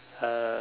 uh